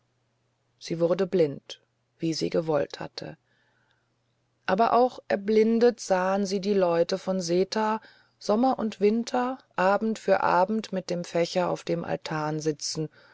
sie wurde blind wie sie gewollt hatte aber auch erblindet sahen sie die leute von seta sommer und winter abend für abend mit dem fächer auf dem altan sitzen